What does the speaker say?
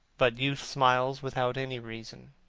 but youth smiles without any reason.